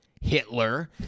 Hitler